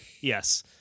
yes